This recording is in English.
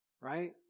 Right